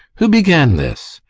who began this?